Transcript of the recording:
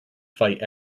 fight